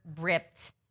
ripped